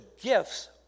gifts